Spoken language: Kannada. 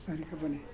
ಸರಿ ಕಬನೆ